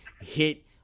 hit